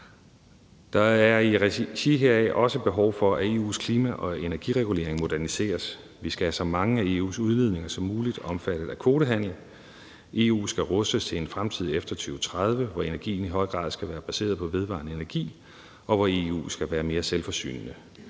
Der er i regi heraf også behov for, at EU's klima- og energiregulering moderniseres. Vi skal have så mange som muligt af EU's udledninger omfattet af kvotehandel. EU skal rustes til en fremtid efter 2030, hvor energien i høj grad skal være baseret på vedvarende energi, og hvor EU skal være mere selvforsynende.